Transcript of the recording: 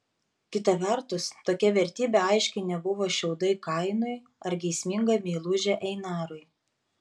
kita vertus tokia vertybė aiškiai nebuvo šiaudai kainui ar geisminga meilužė einarui